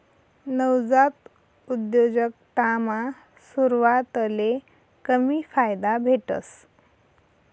नवजात उद्योजकतामा सुरवातले कमी फायदा भेटस